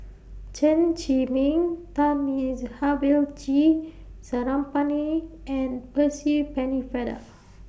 Chen Zhiming Thamizhavel G Sarangapani and Percy Pennefather